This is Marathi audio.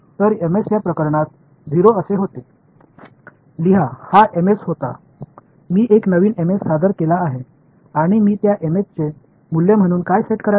तर या प्रकरणात 0 असे होते लिहा हा होता मी एक नवीन सादर केला होता आणि मी त्या चे मूल्य म्हणून काय सेट करावे